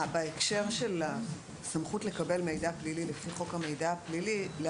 בהקשר של הסמכות לקבל מידע פלילי לפי חוק המידע הפלילי,